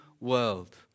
world